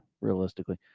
realistically